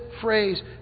phrase